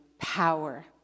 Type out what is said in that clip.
power